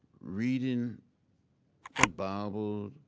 reading the bible,